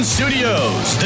Studios